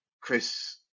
Chris